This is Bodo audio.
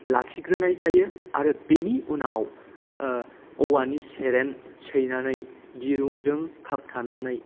लाखिग्रोनाय जायो आरो बेनि उनाव औवानि सेरेन सैनानै दिरुंजों खाबथानानै